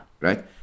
Right